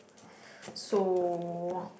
so